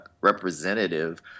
representative